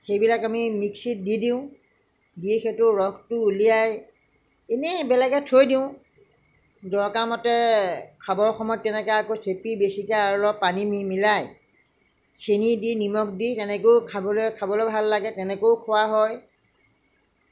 সেইবিলাক আমি মিক্সিত দি দিওঁ দি সেইটো ৰসটো উলিয়াই এনেই এইবেলেগে থৈ দিওঁ দৰকাৰমতে খাবৰ সময়ত তেনেকৈ আকৌ চেপি বেছিকৈ আৰু অলপ পা পানী মিলাই চেনি দি নিমখ দি তেনেকৈও খাবলৈ খাবলৈ ভাল লাগে তেনেকেও খোৱা হয়